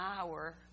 hour